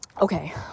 okay